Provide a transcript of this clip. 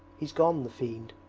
he's gone, the fiend.